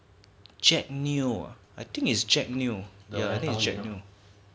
jack neo ah I think is jack neo ya I think is jack neo